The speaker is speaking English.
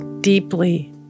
deeply